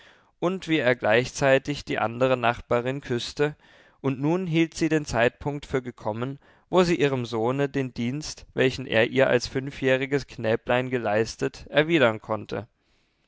und wie er gleichzeitig die andere nachbarin küßte und nun hielt sie den zeitpunkt für gekommen wo sie ihrem sohne den dienst welchen er ihr als fünfjähriges knäblein geleistet erwidern konnte